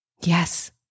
Yes